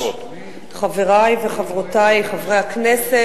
חברי וחברותי חברי הכנסת,